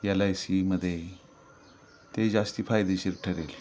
L I सीमध्ये ते जास्ती फायदेशीर ठरेल